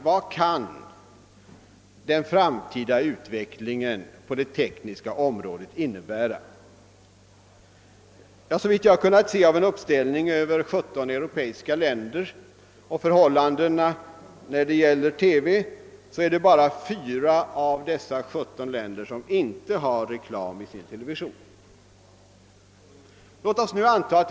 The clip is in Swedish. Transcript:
Vad kan den framtida utvecklingen på det tekniska området innebära? Såvitt jag kunnat se av en uppställning över 17 europeiska länder och förhållandena när det gäller TV är det bara 4 av dessa 17 som inte har reklam i sin television.